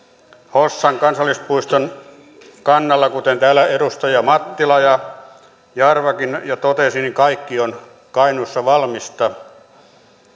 hossan kansallispuiston kannalla kuten täällä edustajat mattila ja jarvakin jo totesivat kaikki on kainuussa valmista